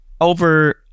over